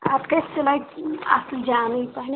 کٔژ سلٲے اصل جانٕے پہمتھ